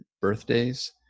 birthdays